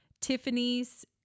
Tiffany's